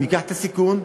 הוא ייקח את הסיכון,